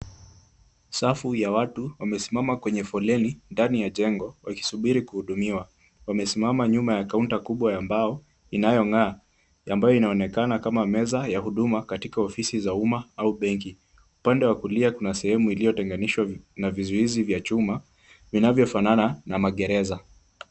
Safu ya watu wamesimama kwenye foleni ndani ya jengo wakisubiri kuhudumiwa. Wamesimama nyuma ya kaunta kubwa ya mbao inayong'aa ambayo inaonekana kama meza ya huduma katika ofisi za umma au benki . Upande wa kulia kuna sehemu iliyotenganishwa na vizuizi vya chuma vinayofanana na magereza.